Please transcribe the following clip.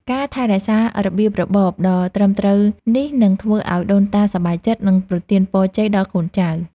ការថែរក្សារបៀបរបបដ៏ត្រឹមត្រូវនេះនឹងធ្វើឱ្យដូនតាសប្បាយចិត្ត និងប្រទានពរជ័យដល់កូនចៅ។